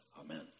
Amen